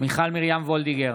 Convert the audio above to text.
מיכל מרים וולדיגר,